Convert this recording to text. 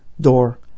door